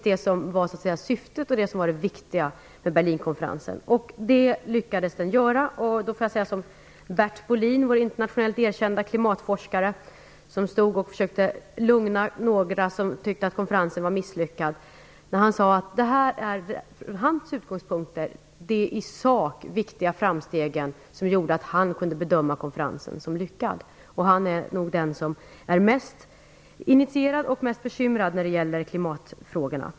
Detta var syftet och det viktiga med Berlinkonferensen. Det lyckades den med. Bert Bolin, vårt internationellt erkända klimatforskare, försökte lugna några som tyckte att konferensen var misslyckad. Han sade att från hans utgångspunkt var det de i sak viktiga framstegen som gjorde att han kunde bedöma konferensen som lyckad. Han är nog den person som är mest initierad och bekymrad när det gäller klimatfrågorna.